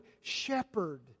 shepherd